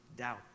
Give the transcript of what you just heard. Doubt